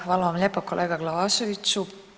Hvala vam lijepa kolega Glavaševiću.